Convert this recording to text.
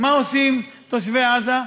מה עושים תושבי עזה?